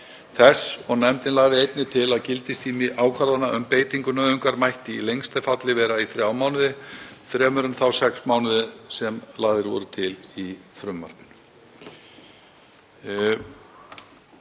þess. Nefndin lagði einnig til að gildistími ákvörðunar um beitingu nauðungar mætti í lengsta falli vera þrír mánuðir, fremur en þeir sex mánuðir sem lagðir voru til í frumvarpinu.